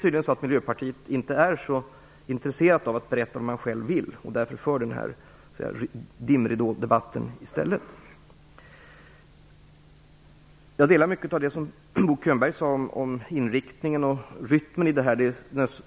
Tydligen är ni i Miljöpartiet inte så intresserade av att berätta vad ni själva vill. Därför för ni i stället en dimridådebatt här. Jag instämmer i mycket av det som Bo Könberg sade om inriktningen och rytmen här.